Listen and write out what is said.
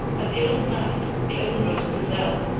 and the old man, the owner of the gazelle,